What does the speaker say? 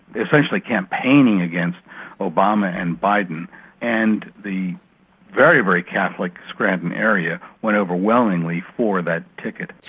essentially campaigning against obama and biden and the very, very catholic scranton area went overwhelmingly for that ticket.